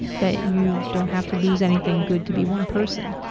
that you don't have to lose anything good to be one person.